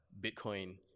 Bitcoin